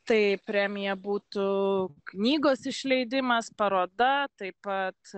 tai premija būtų knygos išleidimas paroda taip pat